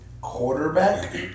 Quarterback